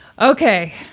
Okay